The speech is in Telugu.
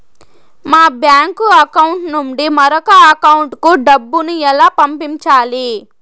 మా బ్యాంకు అకౌంట్ నుండి మరొక అకౌంట్ కు డబ్బును ఎలా పంపించాలి